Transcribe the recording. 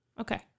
okay